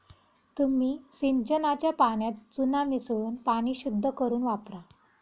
तुम्ही सिंचनाच्या पाण्यात चुना मिसळून पाणी शुद्ध करुन वापरा